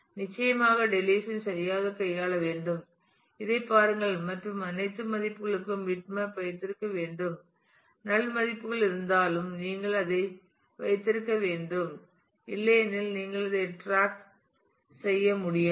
நிச்சயமாக டெலிசன் சரியாகக் கையாள வேண்டும் இதைப் பாருங்கள் மற்றும் அனைத்து மதிப்புகளுக்கும் பிட்மேப்பை வைத்திருக்க வேண்டும் நல் மதிப்புகள் இருந்தாலும் நீங்கள் அதை வைத்திருக்க வேண்டும் இல்லையெனில் நீங்கள் அதைக் டிராக் செய்ய முடியாது